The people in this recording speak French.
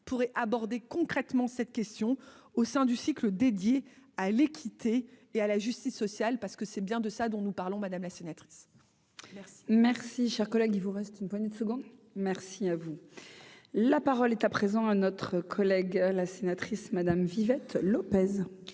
pourrait aborder concrètement cette question au sein du cycle dédié à l'équité et à la justice sociale. Que c'est bien de ça dont nous parlons, madame la sénatrice, merci, merci, chers collègues, il vous reste une poignée de secondes, merci à vous la parole est à présent à notre collègue la sénatrice Madame vivait Lopez.